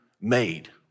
made